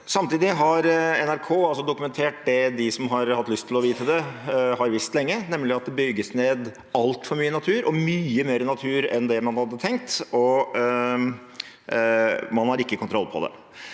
Samtidig har NRK dokumentert det de som har hatt lyst til å vite det, har visst lenge, nemlig at det bygges ned altfor mye natur, mye mer natur enn det man hadde tenkt, og man har ikke kontroll på det.